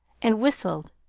and whistled.